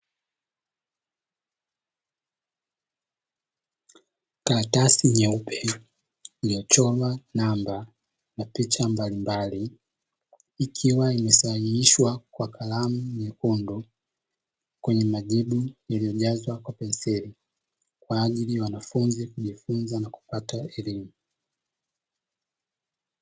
Karatasi nyeupe iliyochorwa namba na picha mbalimbali, ikiwa imesahihishwa kwa kalamu nyekundu kwenye majibu yaliyojazwa, kwa penseli wanafunzi kujifunza na kupata elimu.